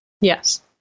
Yes